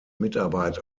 mitarbeit